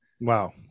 Wow